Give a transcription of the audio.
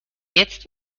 jetzt